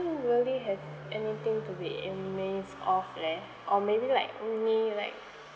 really have anything to be amazed of leh or maybe like only like